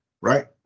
right